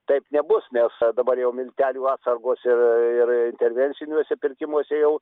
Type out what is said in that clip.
taip nebus nes dabar jau miltelių atsargos ir ir intervenciniuose pirkimuose jau